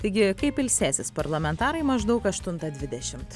taigi kaip ilsėsis parlamentarai maždaug aštuntą dvidešimt